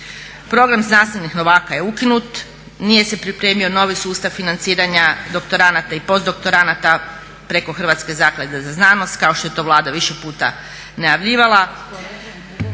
Program znanstvenih novaka je ukinut, nije se pripremio novi sustav financiranja doktoranata i postdoktoranata preko Hrvatske zaklade za znanost kao što je to Vlada više puta najavljivala.